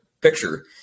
picture